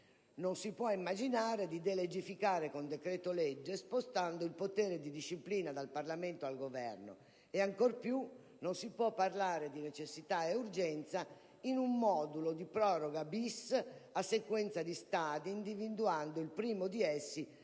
«Non si può immaginare di delegificare con decreto‑legge, spostando il potere di disciplina dal Parlamento al Governo e, ancor più, non si può parlare di necessità e urgenza in un modulo di proroga-*bis*, a sequenza di stadi, individuando il primo di essi